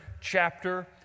chapter